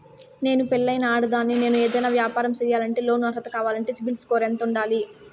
నేను పెళ్ళైన ఆడదాన్ని, నేను ఏదైనా వ్యాపారం సేయాలంటే లోను అర్హత కావాలంటే సిబిల్ స్కోరు ఎంత ఉండాలి?